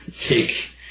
take